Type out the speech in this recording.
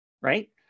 right